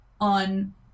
on